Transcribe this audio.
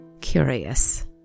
curious